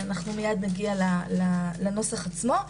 מייד נגיע לנוסח עצמו.